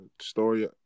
story